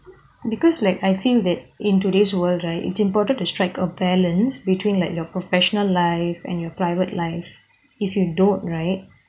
because like I feel that in today's world right it's important to strike a balance between like your professional life and your private life if you don't right